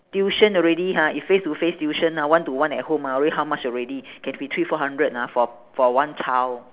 tuition already ha if face to face tuition ah one to one at home ha already how much already can be three four hundred ah for for one child